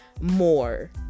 more